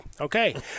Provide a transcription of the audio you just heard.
Okay